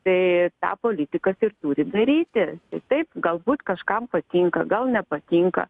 tai tą politikas ir turi daryti tai taip galbūt kažkam patinka gal nepatinka